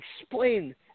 explain